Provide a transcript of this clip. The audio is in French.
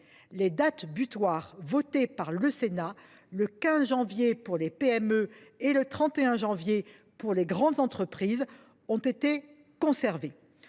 Les dates butoirs retenues par le Sénat – le 15 janvier 2024 pour les PME et le 31 janvier 2024 pour les grandes entreprises – ont été conservées.